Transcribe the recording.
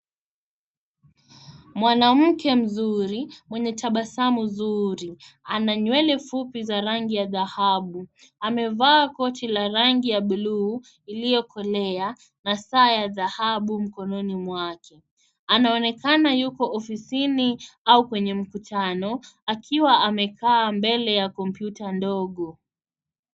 Mwanamke mzuri, mwenye tabasamu zuri, ana nywele fupi za rangi ya dhahabu, amevaa koti la rangi ya bluu iliyokolea na saa ya dhahabu mkononi mwake. Anaonekana yupo ofisini au kwenye mkutano akiwa amekaa mbele ya kompyuta ndogo.